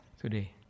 today